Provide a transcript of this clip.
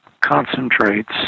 concentrates